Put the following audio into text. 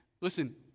listen